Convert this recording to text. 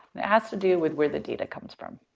and it has to do with where the data comes from.